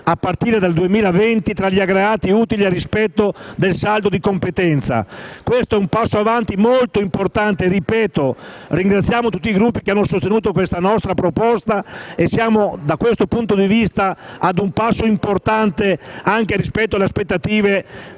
a partire dal 2020, tra gli aggregati utili al rispetto del saldo di competenza. E questo è un passo avanti molto importante, e ringrazio nuovamente tutti i Gruppi che hanno sostenuto la nostra proposta. Da questo punto di vista siamo a un passo importante anche rispetto alle aspettative